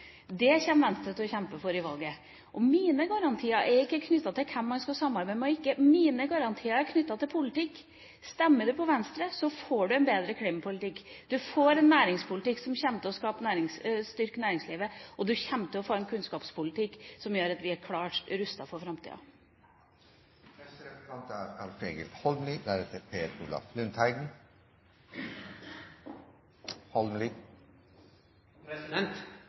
Det kommer Venstre til å kjempe for i valget. Mine garantier er ikke knyttet til hvem man skal samarbeide med eller ikke samarbeide med. Mine garantier er knyttet til politikk. Stemmer du på Venstre, får du en bedre klimapolitikk. Du får en næringspolitikk som kommer til å styrke næringslivet, og du kommer til å få en kunnskapspolitikk som gjør at vi står sterkt rustet for framtida. Eg registrerer at representanten Skei Grande er